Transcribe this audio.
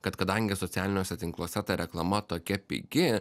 kad kadangi socialiniuose tinkluose ta reklama tokia pigi